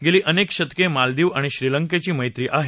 गेली अनेक शतके मालदीव आणि श्रीलंकेची मैत्री आहे